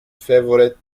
favourite